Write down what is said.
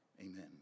Amen